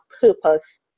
purpose